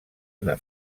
una